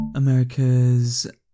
America's